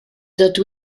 dydw